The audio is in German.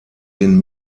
den